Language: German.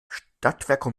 stadtwerke